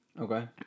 okay